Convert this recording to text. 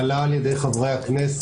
עלה על ידי חברי הכנסת,